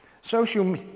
social